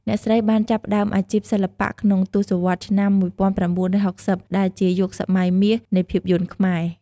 អ្នកស្រីបានចាប់ផ្ដើមអាជីពសិល្បៈក្នុងទសវត្សរ៍ឆ្នាំ ១៩៦០ ដែលជាយុគសម័យមាសនៃភាពយន្តខ្មែរ។